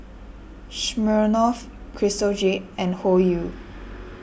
Smirnoff Crystal Jade and Hoyu